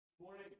Morning